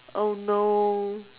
oh no